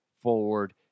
forward